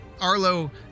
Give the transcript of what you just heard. Arlo